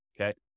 okay